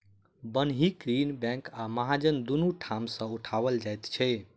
बन्हकी ऋण बैंक आ महाजन दुनू ठाम सॅ उठाओल जाइत छै